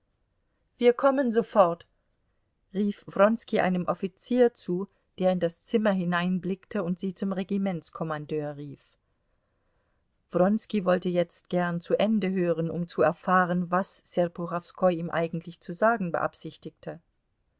wir kommen sofort rief wronski einem offizier zu der in das zimmer hineinblickte und sie zum regimentskommandeur rief wronski wollte jetzt gern zu ende hören um zu erfahren was serpuchowskoi ihm eigentlich zu sagen beabsichtige